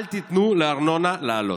אל תיתנו לארנונה לעלות.